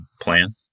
plan